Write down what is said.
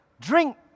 Drink